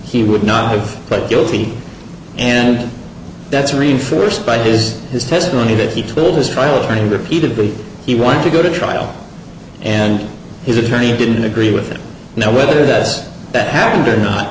he would not have but guilty and that's reinforced by that is his testimony that he told his trial attorney repeatedly he wanted to go to trial and his attorney didn't agree with it now whether that that happened or not